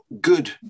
good